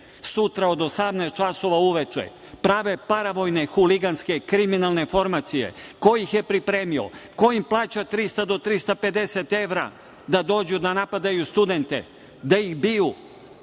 Sutra od 18.00 časova uveče prave paravojne huliganske kriminalne formacije. Ko ih je pripremio? Ko im plaća 300 do 350 evra da dođu da napadaju studente, da ih biju?